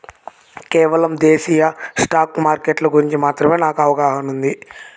కేవలం దేశీయ స్టాక్ మార్కెట్ల గురించి మాత్రమే నాకు అవగాహనా ఉంది